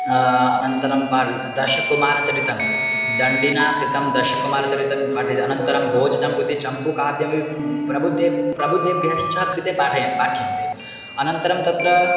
अनन्तरं पा दशकुमारचरितं दण्डिना कृतं दशकुमारचरितं पाठयति अनन्तरं भोजचम्पू इति चम्पूकाव्यमपि प्रबुद्धिः प्रबुद्धेभ्यश्च कृते पाठयति पाठ्यन्ते अनन्तरं तत्र